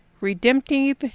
Redemptive